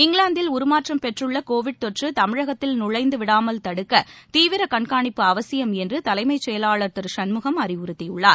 இங்கிலாந்தில் உருமாற்றம் பெற்றுள்ள கோவிட் தொற்று தமிழகத்தில் நுழைந்து விடாமல் தடுக்க தீவிர கண்காணிபபு அவசியம் என்று தலைமைச் செயலாளர் சண்முகம் அறிவுறுத்தியுள்ளார்